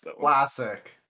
Classic